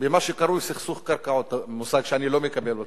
במה שקרוי סכסוך קרקעות, מושג שאני לא מקבל אותו,